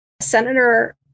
Senator